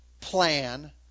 plan